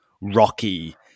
rocky